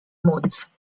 modes